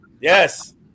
Yes